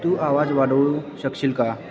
तू आवाज वाढवू शकशील का